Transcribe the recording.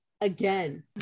again